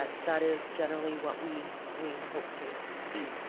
that is generally what we we hope to achieve.